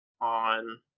on